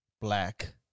black